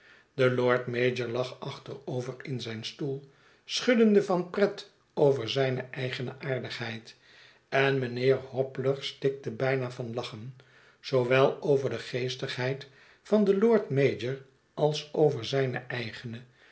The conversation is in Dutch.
de lord-mayor lag achterover in zijn stoel schuddende van pret over zijne eigene aardigheid en mijnheer hobler stikte bijna van lachen zoowel over de geestigheid van den lord-mayor als over zijne eigene